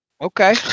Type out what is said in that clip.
Okay